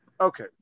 Okay